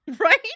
Right